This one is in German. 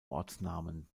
ortsnamen